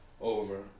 over